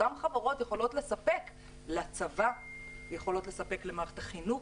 אותן חברות יכולות לספק לצבא או למערכת החינוך.